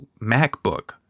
MacBook